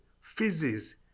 physics